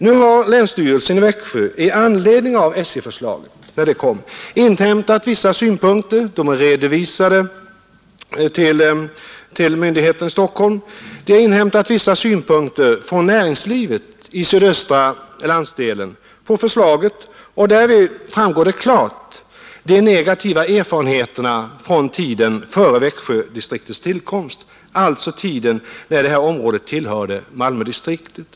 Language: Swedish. Nu har länsstyrelsen i Växjö i anledning av SJ-förslaget inhämtat vissa synpunkter från näringslivet i den sydöstra landsdelen — de är redovisade till myndigheterna i Stockholm. Därav framgår klart de negativa erfarenheterna från tiden före Växjödistriktets tillkomst, alltså tiden när det här området tillhörde Malmödistriktet.